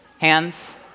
Hands